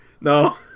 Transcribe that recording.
No